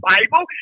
Bible